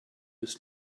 his